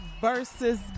versus